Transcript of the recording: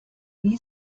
wie